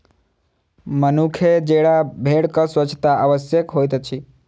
मनुखे जेंका भेड़क स्वच्छता आवश्यक होइत अछि